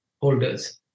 holders